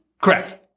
Correct